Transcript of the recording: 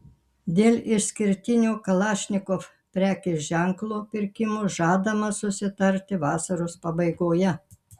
dėl išskirtinio kalašnikov prekės ženklo pirkimo žadama susitarti vasaros pabaigoje